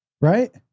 right